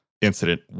incident